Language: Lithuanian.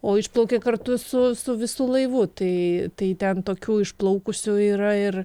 o išplaukė kartu su visu laivu tai tai ten tokių išplaukusių yra ir